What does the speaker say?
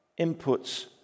inputs